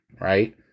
right